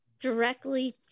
directly